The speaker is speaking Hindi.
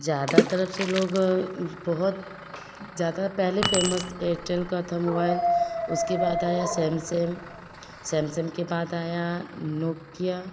ज़्यादा तरफ से लोग बहुत ज़्यादा पहले फेमस एरटेन का था मोबाइल उसके बाद आया सेमसंग सेमसंग के बाद आया नोकिया